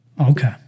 Okay